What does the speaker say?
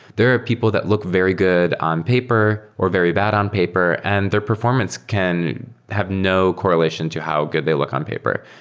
there are people that look very good on paper, or very bad on paper and their performance can have no correlation to how good they look on paper.